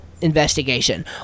investigation